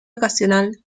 ocasional